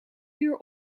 uur